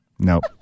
Nope